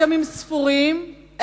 ימים ספורים,